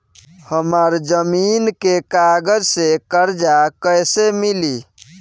हमरा जमीन के कागज से कर्जा कैसे मिली?